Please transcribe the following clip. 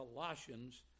Colossians